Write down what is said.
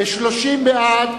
30 בעד,